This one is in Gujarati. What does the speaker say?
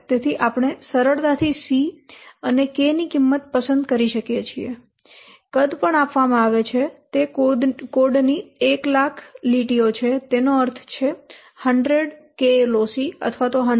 તેથી આપણે સરળતાથી c અને k ની કિંમત પસંદ કરી શકીએ છીએ કદ પણ આપવામાં આવે છે તે કોડની 1 લાખ લીટીઓ છે તેનો અર્થ છે 100 KLOC